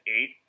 eight